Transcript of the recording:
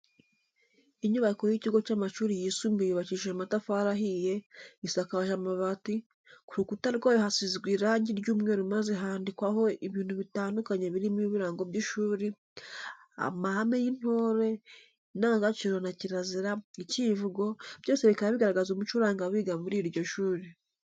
Inyubako y'ikigo cy'amashuri yisumbuye yubakishije amatafari ahiye, isakaje amabati, ku rukuta rwayo hasizwe irangi ry'umweru maze handikwaho ibintu bitandukanye birimo ibirango by'ishuri, amahame y'intore, indangabaciro na kirazira, icyivugo, byose bikaba bigaragaza umuco uranga abiga muri iryo shuri.